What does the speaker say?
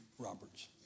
Roberts